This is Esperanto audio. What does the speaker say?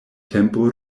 tempo